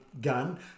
gun